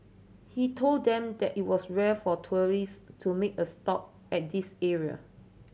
he told them that it was rare for tourist to make a stop at this area